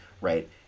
right